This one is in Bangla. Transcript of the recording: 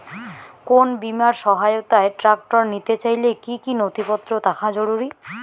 কোন বিমার সহায়তায় ট্রাক্টর নিতে চাইলে কী কী নথিপত্র থাকা জরুরি?